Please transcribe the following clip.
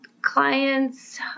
clients